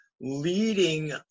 leading